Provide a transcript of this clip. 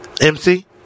MC